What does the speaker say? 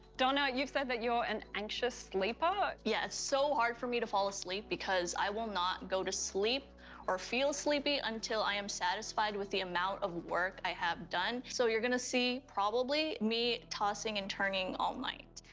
donna, you've said that you're an anxious sleeper? yeah, it's so hard for me to fall asleep, because i will not go to sleep or feel sleepy until i am satisfied with the amount of work i have done. so you're gonna see probably me tossing and turning all night.